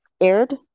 aired